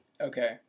Okay